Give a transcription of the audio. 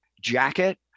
jacket